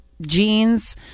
jeans